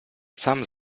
sam